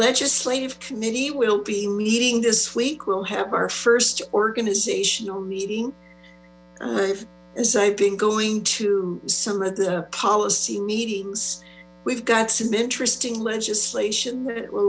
legislative committee will be meeting this week we'll have our first organization meeting i've been going to some of the policy meetings we've got some interesting legislation